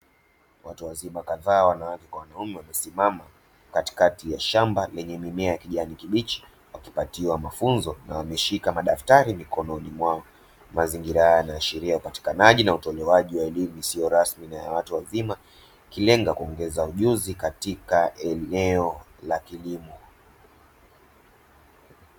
Watu wazima kadhaa wanawake kwa wanaume wamesimama katikati ya shamba lenye mimea ya kijani kibichi wakipatiwa mafunzo na wameshika madaftari mikononi mwao. Mazingira ya sheria ya upatikanaji na utolewaji wa elimu isiyo rasmi na ya watu wazima kilenga kuongeza ujuzi katika eneo la kilimo.